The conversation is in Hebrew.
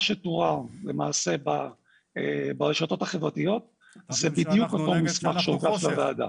מה שתואר למעשה ברשתות החברתיות זה בדיוק אותו מסמך שהוגש לוועדה.